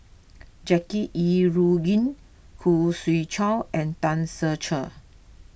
Jackie Yi Ru Ying Khoo Swee Chiow and Tan Ser Cher